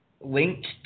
linked